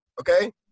Okay